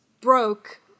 broke